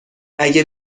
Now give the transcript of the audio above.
اگه